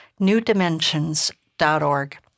newdimensions.org